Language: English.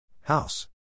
House